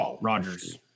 rogers